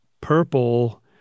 purple